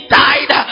died